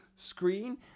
screen